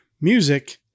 music